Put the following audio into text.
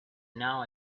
now